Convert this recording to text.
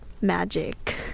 magic